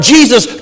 Jesus